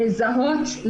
לזהות,